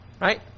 Right